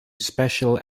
special